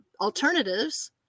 alternatives